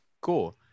Cool